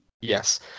Yes